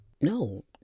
No